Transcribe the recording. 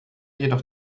jedoch